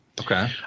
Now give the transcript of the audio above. okay